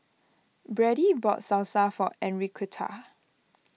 Brady bought Salsa for Enriqueta